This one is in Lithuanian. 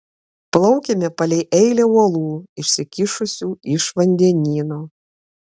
plaukėme palei eilę uolų išsikišusių iš vandenyno